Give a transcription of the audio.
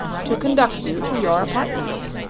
to conduct you to your apartments.